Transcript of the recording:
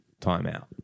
timeout